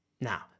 Now